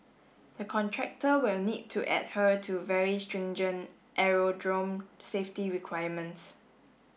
the contractor will need to adhere to very stringent aerodrome safety requirements